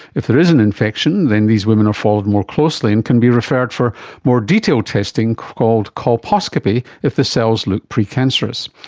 if there is an infection then these women are followed more closely and can be referred for more detailed testing called colposcopy if the cells look precancerous.